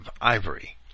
ivory